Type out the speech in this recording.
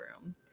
room